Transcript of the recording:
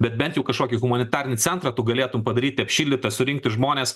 bet bent jau kažkokį humanitarinį centrą tu galėtum padaryti apšildytą surinkti žmones